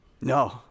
No